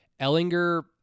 Ellinger